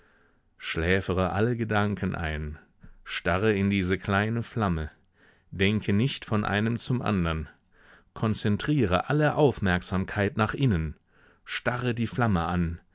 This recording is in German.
schläfere alle gedanken ein starre in diese kleine flamme denke nicht von einem zum andern konzentriere alle aufmerksamkeit nach innen starre die flamme an